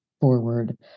forward